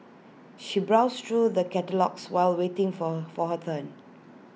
she browsed through the catalogues while waiting for for her turn